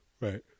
right